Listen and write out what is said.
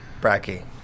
Bracky